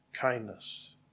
kindness